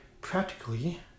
practically